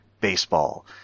baseball